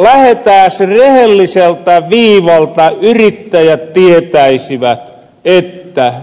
ku lähetääs rehelliseltä viivalta yrittäjät tietäisivät että